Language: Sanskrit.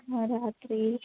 हा रात्रिः